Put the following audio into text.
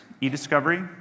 e-discovery